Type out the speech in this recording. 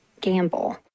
Gamble